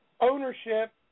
ownership